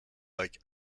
like